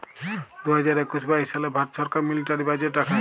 দু হাজার একুশ বাইশ সালে ভারত ছরকার মিলিটারি বাজেট রাখে